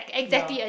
ya